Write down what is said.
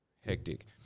Hectic